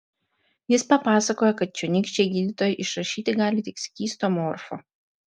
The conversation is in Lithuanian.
jis papasakojo kad čionykščiai gydytojai išrašyti gali tik skysto morfo